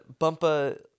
Bumpa